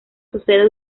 sucede